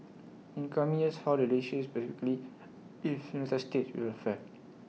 in coming years how the relationship specifically if will fare